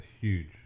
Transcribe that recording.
huge